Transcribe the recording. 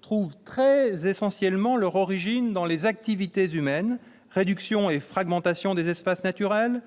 trouvent très essentiellement leur origine dans les activités humaines : réduction et fragmentation des espaces naturels,